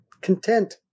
content